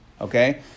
Okay